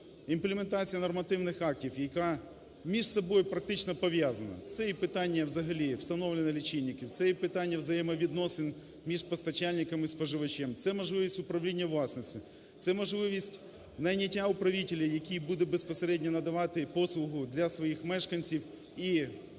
Імплементація нормативних актів, яка між собою практично пов'язана. Це і питання взагалі встановлення лічильників, це і питання взаємовідносин між постачальниками і споживачем, це можливість управління власністю, це можливість найняття управителя, який буде безпосередньо надавати послугу для своїх мешканців і